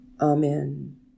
Amen